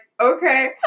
Okay